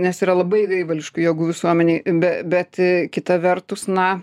nes yra labai gaivališkų jėgų visuomenėj be bet kita vertus na